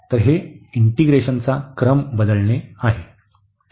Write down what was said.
तर हे इंटीग्रेशनचा क्रम बदलणे आहे